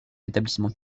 établissement